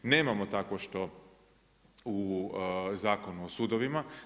Nemamo takvo što u Zakonu o sudovima.